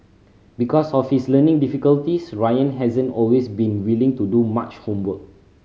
because of his learning difficulties Ryan hasn't always been willing to do much homework